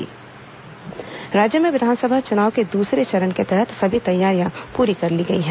मतदान दल तैयारी राज्य में विधानसभा चूनाव के दूसरे चरण के तहत सभी तैयारियां पूरी कर ली गई हैं